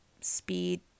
speed